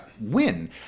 win